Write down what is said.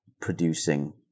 producing